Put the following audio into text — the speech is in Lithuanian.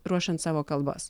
ruošiant savo kalbas